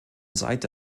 seite